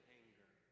anger